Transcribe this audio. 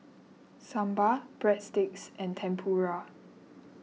Sambar Breadsticks and Tempura